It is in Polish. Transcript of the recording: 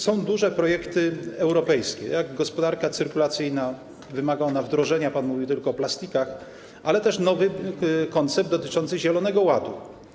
Są duże projekty europejskie, jak gospodarka cyrkulacyjna - wymaga ona wdrożenia, pan mówił tylko o plastikach - ale też nowy koncept dotyczący zielonego ładu.